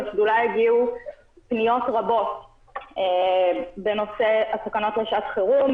לשדולה הגיעו פניות רבות בנושא התקנות לשעת חירום,